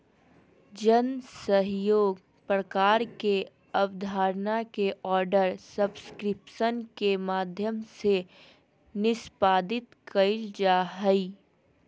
जन सहइोग प्रकार के अबधारणा के आर्डर सब्सक्रिप्शन के माध्यम से निष्पादित कइल जा हइ